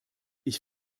ich